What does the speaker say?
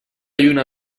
lluna